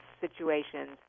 situations